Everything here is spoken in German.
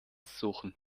suchen